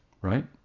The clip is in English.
Right